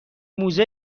موزه